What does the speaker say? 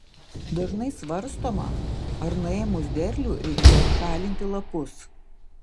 dažnai svarstoma ar nuėmus derlių reikėtų šalinti lapus